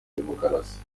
demokarasi